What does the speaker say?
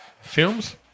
Films